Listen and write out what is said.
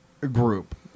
group